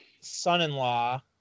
son-in-law